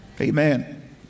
Amen